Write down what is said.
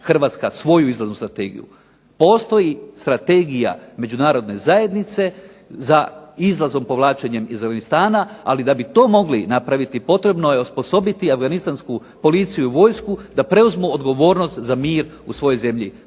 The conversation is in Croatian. Hrvatska svoju izlaznu strategiju, postoji strategija Međunarodne zajednice za izlazom povlačenjem iz Afganistana, ali da bi to mogli napraviti potrebno je osposobiti Afganistansku policiju i vojsku da preuzmu odgovornost za mir u svojoj zemlji,